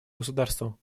государству